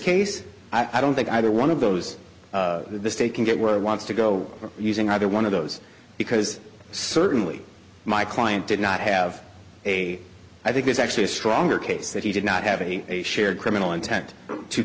case i don't think either one of those the state can get where it wants to go using either one of those because certainly my client did not have a i think there's actually a stronger case that he did not have a shared criminal intent to